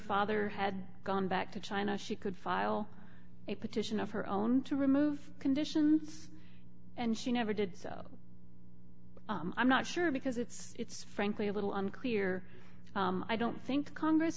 father had gone back to china she could file a petition of her own to remove conditions and she never did so i'm not sure because it's it's frankly a little unclear i don't think congress